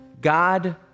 God